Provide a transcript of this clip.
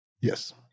Yes